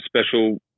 special